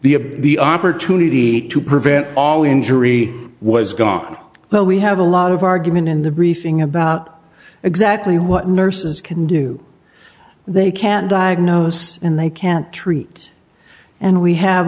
the the opportunity to prevent all injury was gone but we have a lot of argument in the briefing about exactly what nurses can do they can diagnose and they can't treat and we have